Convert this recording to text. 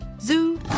Zoo